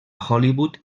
hollywood